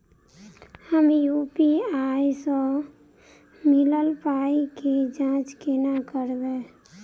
हम यु.पी.आई सअ मिलल पाई केँ जाँच केना करबै?